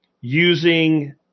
using